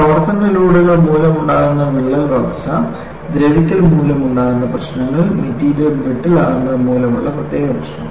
പ്രവർത്തന ലോഡുകൾ മൂലമുണ്ടാകുന്ന വിള്ളൽ വളർച്ച ദ്രവിക്കൽ മൂലമുള്ള പ്രശ്നങ്ങൾ മെറ്റീരിയൽ ബ്രിട്ടിൽ ആകുന്നത് മൂലം ഉള്ള പ്രത്യേക പ്രശ്നം